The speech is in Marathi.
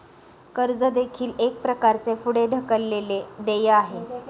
कर्ज देखील एक प्रकारचे पुढे ढकललेले देय आहे